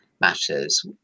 matters